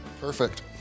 Perfect